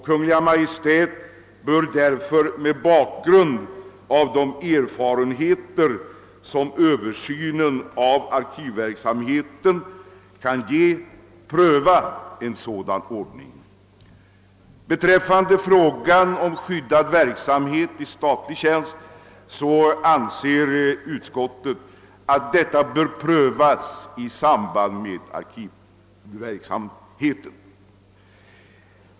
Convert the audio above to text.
Kungl. Maj:t bör därför med beaktande av de erfarenheter som översynen av arkivar betsverksamheten kan ge pröva en sådan anordning.» Frågan om skyddad verksamhet i statlig tjänst bör enligt utskottets mening prövas i samband med arkivverksamheten.